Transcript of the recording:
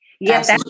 Yes